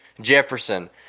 Jefferson